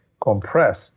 compress